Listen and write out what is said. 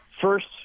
first –